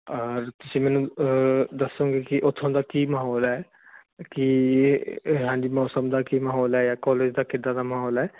ਤੁਸੀਂ ਮੈਨੂੰ ਦੱਸੋਗੇ ਕਿ ਉਥੋਂ ਦਾ ਕੀ ਮਾਹੌਲ ਹੈ ਕਿ ਹਾਂਜੀ ਮੌਸਮ ਦਾ ਕੀ ਮਾਹੌਲ ਐ ਜਾ ਕਾਲਜ ਦਾ ਕਿੱਦਾਂ ਦਾ ਮਾਹੌਲ ਐ